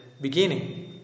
beginning